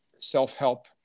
self-help